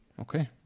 Okay